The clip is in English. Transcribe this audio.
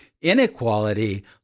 inequality